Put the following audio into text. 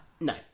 no